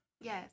Yes